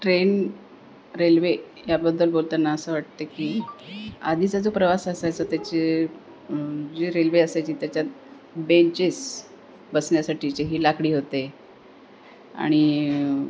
train railway याबद्दल बोलताना असं वाटतं की आधीचा जो प्रवास असायचा त्याचे जी रेल्वे असायची त्याच्यात बेंचेस बसण्यासाठीचे हे लाकडी होते आणि